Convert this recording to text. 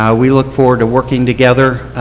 yeah we look forward to working together.